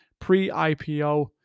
pre-IPO